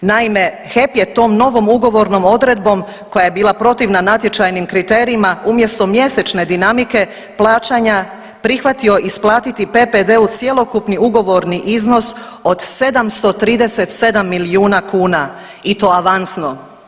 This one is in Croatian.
Naime, HEP je tom novom ugovornom odredbom koja je bila protivna natječajnim kriterijima u mjesto mjesečne dinamike plaćanja prihvatio isplatiti PPD-u cjelokupni ugovorni iznos od 737 milijuna kuna i to avansno.